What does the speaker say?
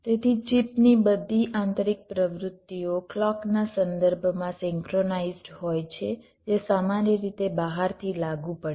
તેથી ચિપની બધી આંતરિક પ્રવૃત્તિઓ ક્લૉકના સંદર્ભમાં સિંક્રોનાઇઝ્ડ હોય છે જે સામાન્ય રીતે બહારથી લાગુ પડે છે